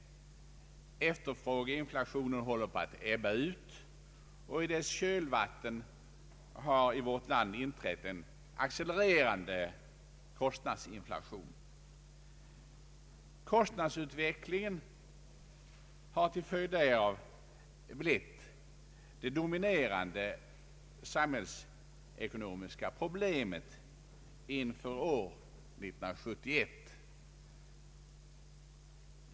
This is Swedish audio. Efterfrågeinflationen håller på att ebba ut, och i dess kölvatten har i vårt land inträtt en accelererande kostnadsinflation. Kostnadsutvecklingen har till följd därav blivit det dominerande samhällsekonomiska problemet inför år 1971.